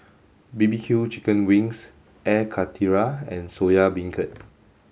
B B Q chicken wings Air Karthira and Soya Beancurd